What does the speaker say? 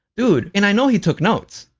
dude. and i know he took notes,